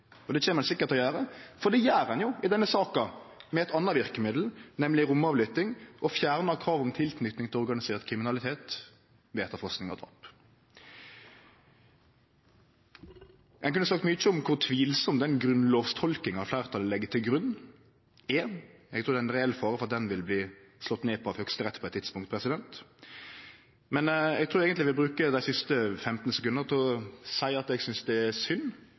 Og det kjem ein sikkert til å gjere, for det gjer ein jo i denne saka med eit anna verkemiddel, nemleg romavlytting, og fjernar kravet om tilknyting til organisert kriminalitet ved etterforsking av drap. Ein kunne sagt mykje om kor tvilsam den grunnlovstolkinga fleirtalet legg til grunn, er. Eg trur det er ein reell fare for at den vil bli slått ned på av Høgsterett på eit tidspunkt. Men eg trur eigentleg eg vil bruke dei siste 15 sekunda til å seie at eg synest det er synd